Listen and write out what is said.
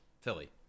Philly